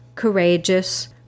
courageous